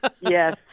yes